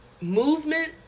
Movement